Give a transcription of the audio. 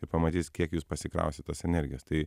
ir pamatysit kiek jūs pasikrausit tos energijos tai